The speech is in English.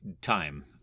time